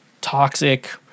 toxic